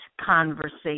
conversation